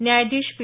न्यायाधीश पी